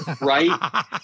right